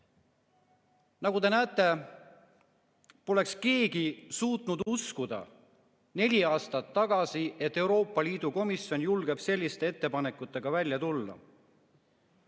Nagu te näete, poleks keegi suutnud uskuda neli aastat tagasi, et Euroopa Komisjon julgeb selliste ettepanekutega välja tulla.